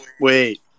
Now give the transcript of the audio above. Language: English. Wait